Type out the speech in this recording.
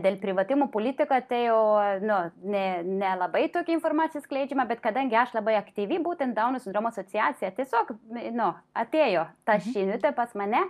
dėl privatumo politikos tai jau nu ne ne nelabai tokia informacija skleidžiama bet kadangi aš labai aktyvi būtent dauno sindromo asociacija tiesiog nu atėjo ta žinutė pats mane